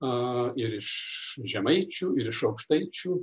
ir iš žemaičių ir iš aukštaičių